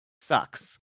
sucks